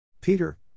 Peter